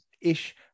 ish